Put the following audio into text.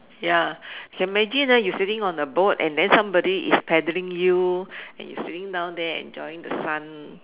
ya can imagine ah you sitting on the boat and then somebody is paddling you and you sitting down there enjoying the sun